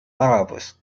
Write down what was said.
palavras